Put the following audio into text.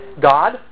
God